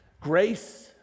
Grace